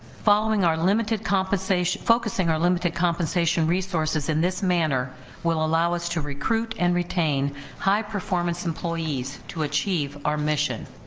following our limited compensation. focusing our limited compensation resources in this manner will allow us to recruit and retain high performance employees to achieve our mission.